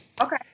Okay